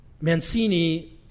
Mancini